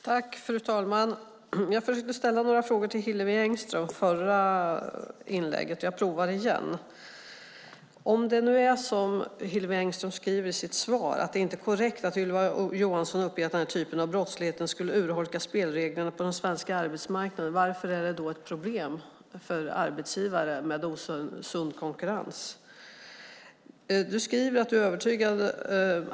Fru talman! Jag försökte ställa några frågor till Hillevi Engström i förra inlägget. Nu provar jag igen. Hillevi Engström skriver i sitt svar: "Det är dock inte korrekt som Ylva Johansson uppger att denna typ av brottslighet skulle urholka spelreglerna på den svenska arbetsmarknaden." Varför är det i så fall ett problem för arbetsgivare med osund konkurrens?